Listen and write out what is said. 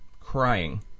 crying